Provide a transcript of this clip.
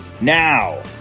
Now